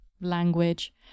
language